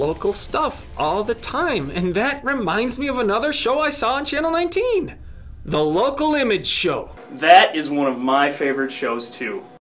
local stuff all the time and that reminds me of another show i saw on channel nineteen the local image show that is one of my favorite shows to